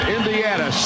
Indiana